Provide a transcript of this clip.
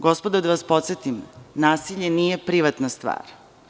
Da vas podsetim, nasilje nije privatna stvar.